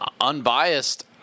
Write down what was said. Unbiased